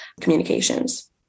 communications